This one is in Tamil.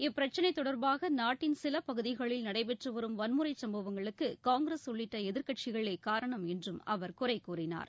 இப்பிரச்சினை தொடர்பாக நாட்டின் சில பகுதிகளில் நடைபெற்று வரும் வன்முறைச் சும்பவங்களுக்கு காங்கிரஸ் உள்ளிட்ட எதிர்க்கட்சிகளே காரணம் என்றும் அவர் குறைகூறினார்